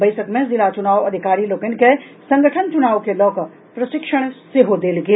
बैसक मे जिला चुनाव अधिकारी लोकनि के संगठन चुनाव के लऽकऽ प्रशिक्षण सेहो देल गेल